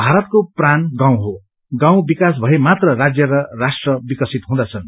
भारतको प्राण गाउँ हो गाउँ विकास भए मात्र राज्य र राष्ट्र विकसित हुँँछन्